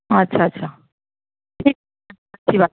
اچھا اچھا ٹھیک اچھی بات